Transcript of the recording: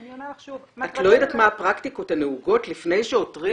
את לא יודעת מה הפרקטיקות הנהוגות לפני שעותרים?